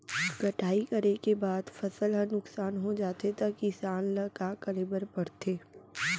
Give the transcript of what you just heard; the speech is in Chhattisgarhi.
कटाई करे के बाद फसल ह नुकसान हो जाथे त किसान ल का करे बर पढ़थे?